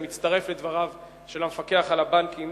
אני מצטרף לדבריו של המפקח על הבנקים,